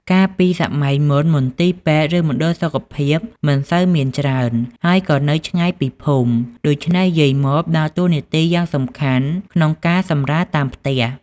កាលពីសម័័យមុន មន្ទីរពេទ្យ ឬមណ្ឌលសុខភាពមិនសូវមានច្រើន ហើយក៏នៅឆ្ងាយពីភូមិ ដូច្នេះយាយម៉បដើរតួយ៉ាងសំខាន់ក្នុងការសម្រាលតាមផ្ទះ។